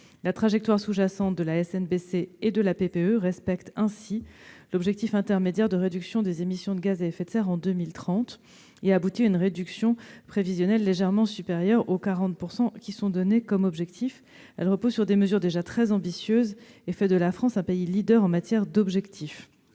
La trajectoire sous-jacente à la SNBC et à la PPE respecte ainsi l'objectif intermédiaire de réduction des émissions de gaz à effet de serre en 2030 et aboutit à une réduction prévisionnelle légèrement supérieure aux 40 % visés. Elle repose sur des mesures déjà très ambitieuses et fait de la France un pays leader en matière d'objectifs.